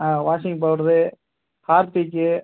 ah washing powder Harpic